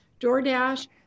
DoorDash